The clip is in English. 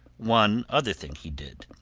one other thing he did.